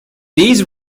these